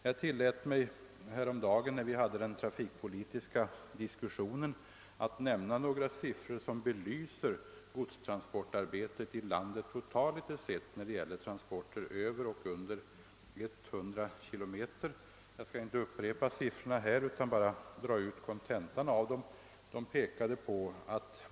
Jag tillät mig häromdagen, när vi hade den trafikpolitiska diskussionen, att lämna några siffror som belyser godstransportarbetet i landet totalt sett för transporter över och under 100 km. Jag skall inte upprepa siffrorna här utan vill bara dra ut kontentan av dem.